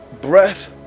breath